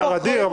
ע'דיר,